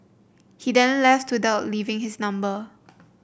he then left without leaving his number